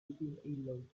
within